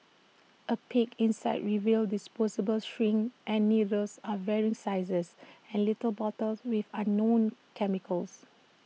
A peek inside revealed disposable syringes and needles of varying sizes and little bottles with unknown chemicals